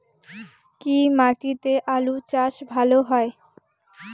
কি মাটিতে আলু চাষ ভালো হয়?